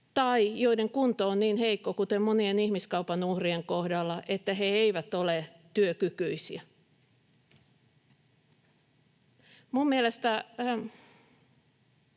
tai joiden kunto on niin heikko, kuten monien ihmiskaupan uhrien kohdalla, että he eivät ole työkykyisiä. Minun mielestäni